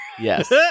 yes